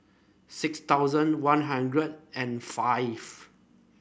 six thousand One Hundred and five